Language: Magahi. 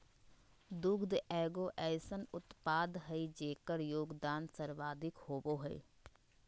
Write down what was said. दुग्ध एगो अइसन उत्पाद हइ जेकर योगदान सर्वाधिक होबो हइ